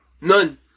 None